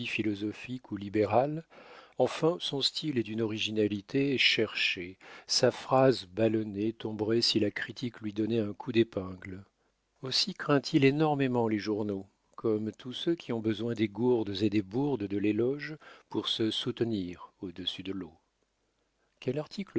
philosophiques ou libérales enfin son style est d'une originalité cherchée sa phrase ballonnée tomberait si la critique lui donnait un coup d'épingle aussi craint il énormément les journaux comme tous ceux qui ont besoin des gourdes et des bourdes de l'éloge pour se soutenir au-dessus de l'eau quel